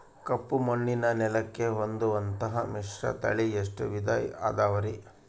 ಕಪ್ಪುಮಣ್ಣಿನ ನೆಲಕ್ಕೆ ಹೊಂದುವಂಥ ಮಿಶ್ರತಳಿ ಎಷ್ಟು ವಿಧ ಅದವರಿ?